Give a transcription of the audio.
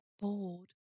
bored